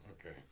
Okay